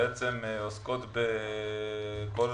שבעצם עוסקות בכל